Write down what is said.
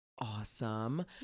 awesome